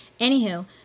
Anywho